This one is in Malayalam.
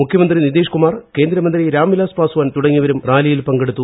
മുഖ്യമന്ത്രി നിതീഷ്കുമാർ കേന്ദ്രമന്ത്രി രാംവിലാസ് പാസ്വാൻ തുടങ്ങിയവരും റാലിയിൽ പങ്കെടുത്തു